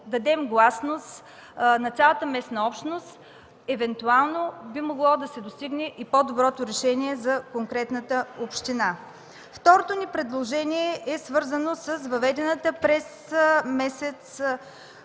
дадем гласност на цялата местна общност би могло да се достигне до по-доброто решение за конкретната община. Второто ни предложение е свързано с въведената през месец